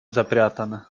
запрятана